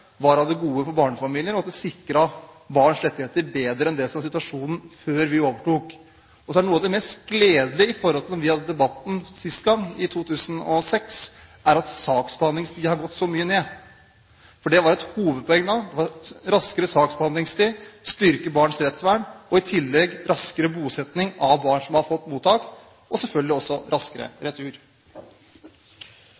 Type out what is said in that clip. var av det gode for barnefamilier, og at det sikret barns rettigheter bedre enn det som var situasjonen før vi overtok. Noe av det mest gledelige i forhold til da vi hadde debatten sist, i 2006, er at saksbehandlingstiden har gått så mye ned. Et hovedpoeng da var nemlig raskere saksbehandlingstid, å styrke barns rettsvern og i tillegg raskere bosetting av barn i mottak og selvfølgelig også raskere